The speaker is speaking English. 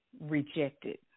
rejected